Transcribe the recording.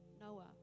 Noah